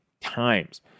times